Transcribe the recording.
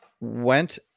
went